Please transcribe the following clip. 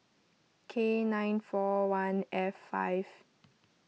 K nine four one F five